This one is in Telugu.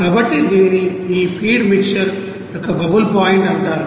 కాబట్టి దీనిని ఈ ఫీడ్ మిక్సర్ యొక్క బబుల్ పాయింట్ అంటారు